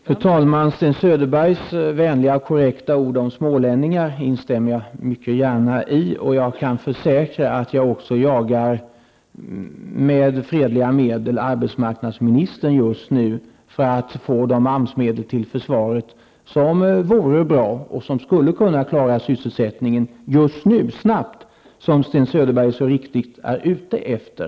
Fru talman! Sten Söderbergs vänliga och korrekta ord om smålänningar instämmer jag mycket gärna i. Jag kan försäkra att jag också jagar, med fredliga medel, arbetsmarknadsministern just nu för att få de AMS-medel till försvaret som vore bra och som skulle kunna klara sysselsättningen nu, som Sten Söderberg så riktigt är ute efter.